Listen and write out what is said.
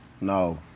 No